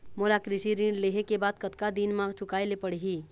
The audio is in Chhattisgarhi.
मोला कृषि ऋण लेहे के बाद कतका दिन मा चुकाए ले पड़ही?